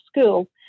school